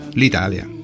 l'Italia